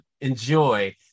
enjoy